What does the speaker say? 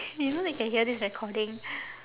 you know they can hear this recording